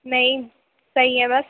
نہیں صحیح ہے بس